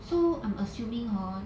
so I'm assuming hor